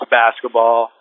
basketball